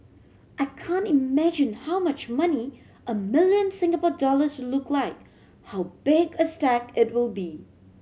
I can't imagine how much money a million Singapore dollars will look like how big a stack it will be